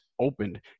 opened